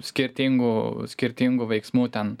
skirtingų skirtingų veiksmų ten